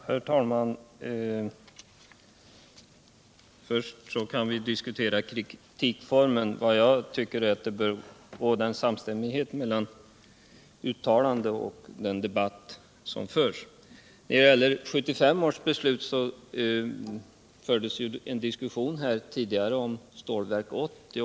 Herr talman! Först kan vi diskutera kritikformen. Jag tycker det bör vara en samstämmighet mellan uttalandena och den debatt som förs. När det gäller 1975 års beslut vill jag först säga att det fördes en diskussion här tidigare om Stålverk 80.